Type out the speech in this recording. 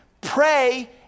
pray